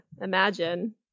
imagine